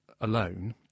alone